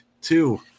two